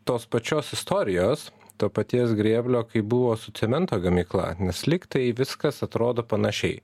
tos pačios istorijos to paties grėblio kaip buvo su cemento gamykla nes lyg tai viskas atrodo panašiai